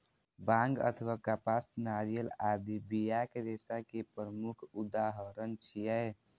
बांग अथवा कपास, नारियल आदि बियाक रेशा के प्रमुख उदाहरण छियै